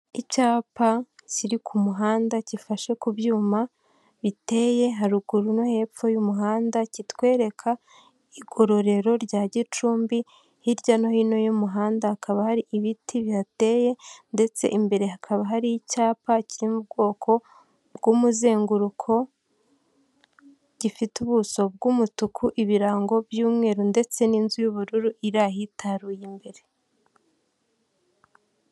Icyapa kiri ku muhanda gifashe ku byuma biteye haruguru no hepfo y'umuhanda kitwereka igororero rya Gicumbi, hirya no hino y'umuhanda hakaba hari ibiti bihateye ndetse imbere hakaba hari icyapa kiririmo ubwoko bw'umuzenguruko gifite ubuso bw'umutuku, ibirango by'umweru, ndetse n'inzu y'ubururu irihitaruye imbere.